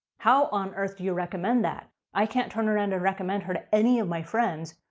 how on earth do you recommend that? i can't turn around to recommend her to any of my friends,